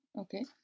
Okay